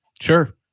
Sure